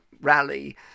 rally